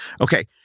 Okay